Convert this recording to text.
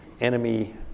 enemy